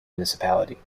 municipality